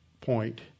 point